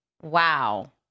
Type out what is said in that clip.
Wow